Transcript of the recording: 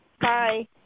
Bye